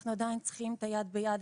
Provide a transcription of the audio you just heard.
אנחנו עדיין צריכים את היד ביד,